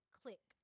click